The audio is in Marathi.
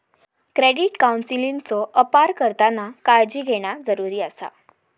क्रेडिट काउन्सेलिंगचो अपार करताना काळजी घेणा जरुरी आसा